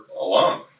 alone